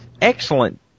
excellent